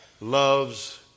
loves